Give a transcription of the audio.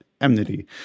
enmity